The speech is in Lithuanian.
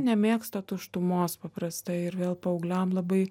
nemėgsta tuštumos paprastai ir vėl paaugliams labai